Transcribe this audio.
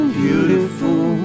beautiful